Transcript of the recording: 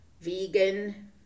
vegan